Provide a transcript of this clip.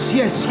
yes